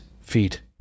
feet